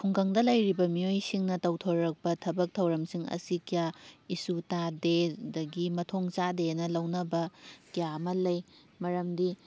ꯈꯨꯡꯒꯪꯗ ꯂꯩꯔꯤꯕ ꯃꯤꯑꯣꯏꯁꯤꯡꯅ ꯇꯧꯊꯣꯔꯛꯄ ꯊꯕꯛ ꯊꯧꯔꯝꯁꯤꯡ ꯑꯁꯤ ꯀꯌꯥ ꯏꯆꯨ ꯇꯥꯗꯦ ꯑꯗꯒꯤ ꯃꯊꯣꯡ ꯆꯥꯗꯦꯅ ꯂꯧꯅꯕ ꯀꯌꯥ ꯑꯃ ꯂꯩ ꯃꯔꯝꯗꯤ